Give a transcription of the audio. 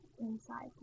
inside